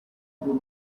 been